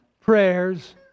prayers